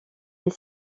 est